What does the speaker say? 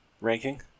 ranking